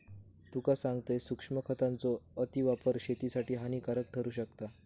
तुका सांगतंय, सूक्ष्म खतांचो अतिवापर शेतीसाठी हानिकारक ठरू शकता